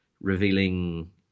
revealing